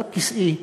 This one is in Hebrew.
על כיסאי.